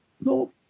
No